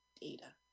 data